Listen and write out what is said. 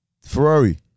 ferrari